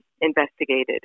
investigated